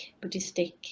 Buddhistic